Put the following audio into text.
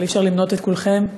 אבל אי-אפשר למנות את כולכם.